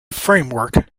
framework